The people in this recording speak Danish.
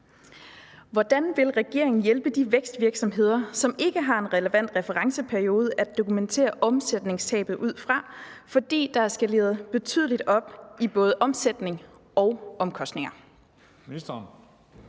Hvordan vil regeringen hjælpe de vækstvirksomheder, som ikke har en relevant referenceperiode at dokumentere omsætningstabet ud fra, fordi der er skaleret betydeligt op i både omsætning og omkostninger? Den